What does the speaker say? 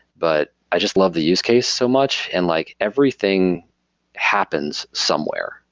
but i just loved the use case so much. and like everything happens somewhere.